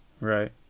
right